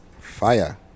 Fire